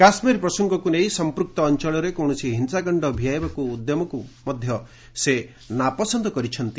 କାଶ୍ମୀର ପ୍ରସଙ୍ଗକୁ ନେଇ ସମ୍ପୃକ୍ତ ଅଞ୍ଚଳରେ କୌଣସି ହିଂସାକାଣ୍ଡ ଭିଆଇବା ଉଦ୍ୟମକୁ ମଧ୍ୟ ସେ ନାପସନ୍ଦ କରିଛନ୍ତି